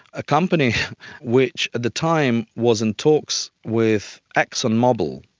a company which at the time was in talks with exxon mobile,